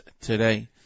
today